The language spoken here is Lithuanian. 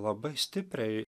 labai stipriai